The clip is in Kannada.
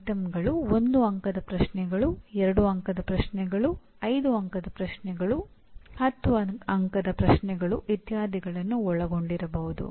ಔಟ್ಕಮ್ ಬೇಸಡ್ ಎಜುಕೇಶನ್ ಪಠ್ಯಕ್ರಮದ ಏಕೀಕರಣಕ್ಕಾಗಿ ದೃಡವಾದ " ಚೌಕಟ್ಟನ್ನು "ಒದಗಿಸುತ್ತದೆ